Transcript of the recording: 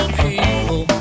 people